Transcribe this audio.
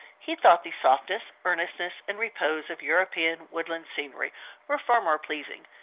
he thought the softness, earnestness, and repose of european woodland scenery were far more pleasing,